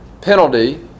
penalty